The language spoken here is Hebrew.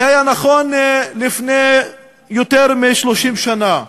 זה היה נכון לפני יותר מ-30 שנה,